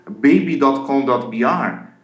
Baby.com.br